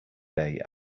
day